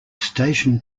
station